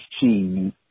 cheese